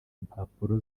impapuro